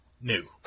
New